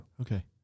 Okay